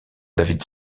david